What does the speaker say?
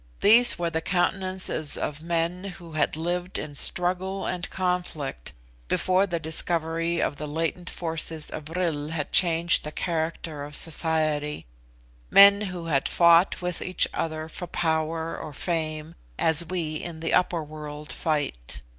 these were the countenances of men who had lived in struggle and conflict before the discovery of the latent forces of vril had changed the character of society men who had fought with each other for power or fame as we in the upper world fight.